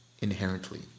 inherently